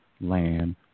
land